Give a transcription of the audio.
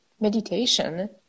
meditation